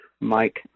Mike